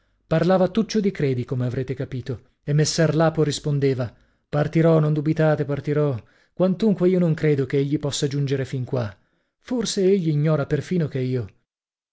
parlava tuccio di credi come avrete capito e messer lapo rispondeva partirò non dubitate partirò quantunque io non credo che egli possa giungere fin qua forse egli ignora perfino che io